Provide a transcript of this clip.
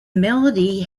melody